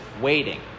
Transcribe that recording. waiting